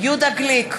יהודה גליק,